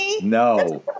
no